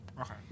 Okay